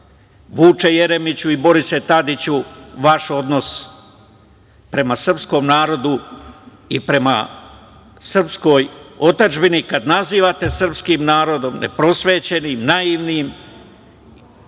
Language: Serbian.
Vuče Jeremiću i Borise Tadiću, vaš odnos prema srpskom narodu i prema srpskoj otadžbini, kada nazivate srpski narod neprosvećenim, naivnim